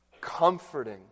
comforting